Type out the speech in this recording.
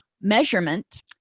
measurement